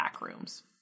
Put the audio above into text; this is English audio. backrooms